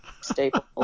staple